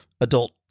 adult